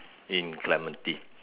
in Clementi